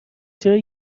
چرا